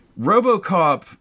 Robocop